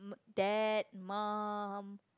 dad mum